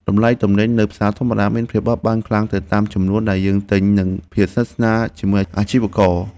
តម្លៃទំនិញនៅផ្សារធម្មតាមានភាពបត់បែនខ្លាំងទៅតាមចំនួនដែលយើងទិញនិងភាពស្និទ្ធស្នាលជាមួយអាជីវករ។